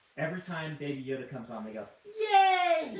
every time baby yoda comes on they go, yay!